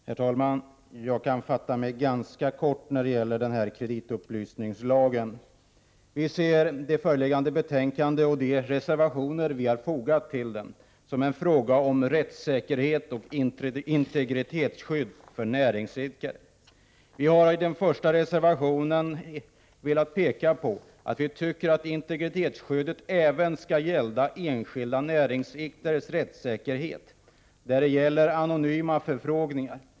Herr talman! Jag kan fatta mig ganska kort när det gäller kreditupplysningslagen. Vi ser detta som en fråga om rättssäkerhet och integritetsskydd för näringsidkare. I reservation 1 framhåller vi att vi anser att integritetsskyddet skall omfatta även enskilda näringsidkares rättssäkerhet när det gäller anonyma förfrågningar.